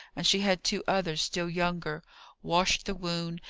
and she had two others still younger washed the wound,